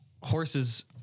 horses